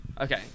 Okay